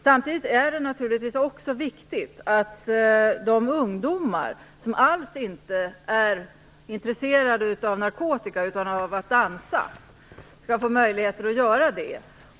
Samtidigt är det naturligtvis också viktigt att de ungdomar som alls inte är intresserade av narkotika utan av att dansa skall få möjligheter att göra det.